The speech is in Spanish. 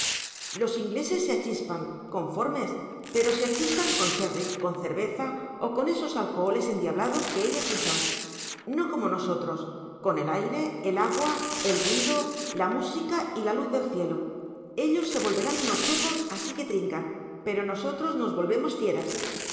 los ingleses se achispan conformes pero se achispan con sherry con cerveza o con esos alcoholes endiablados que ellos usan no como nosotros con el aire el agua e l ruido la música y la luz del cielo ellos se volverán unos cepos así que trincan pero nosotros nos volvemos fieras